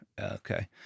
Okay